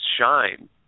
shine